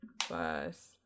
plus